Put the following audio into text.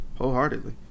Wholeheartedly